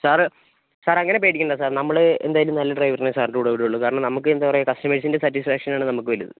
sir സാറങ്ങനെ പേടിക്കണ്ട sir നമ്മൾ എന്തായാലും നല്ല ഡ്രൈവറിനെയെ സാറിൻറെ കൂടെ വിടൂള്ളു കാരണം നമക്കെന്താ പറയാ കസ്റ്റമേഴ്സിന്റെ സാറ്റിസ്ഫാക്ഷൻ ആണ് നമുക്ക് വലുത്